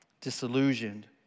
disillusioned